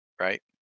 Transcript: right